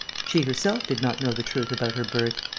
she herself did not know the truth about her birth.